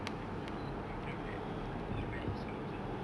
like T_V programme like look at his house you know